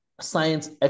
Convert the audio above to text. science